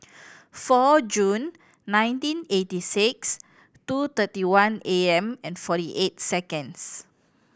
four June nineteen eighty six two thirty one A M and forty eight seconds